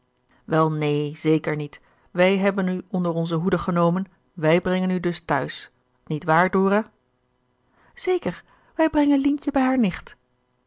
wel neen zeker niet wij hebben u onder onze hoede genomen wij brengen u dus t'huis niet waar dora zeker wij brengen lientje bij haar nicht